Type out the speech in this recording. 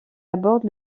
aborde